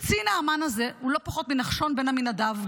קצין האמ"ן הזה הוא לא פחות מנחשון בן עמינדב,